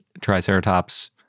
Triceratops